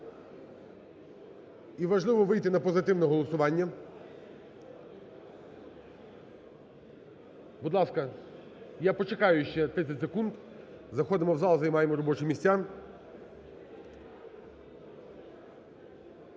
і важливо вийти на позитивне голосування. Будь ласка, я почекаю ще 30 секунд, заходимо в зал, займаємо робочі місця.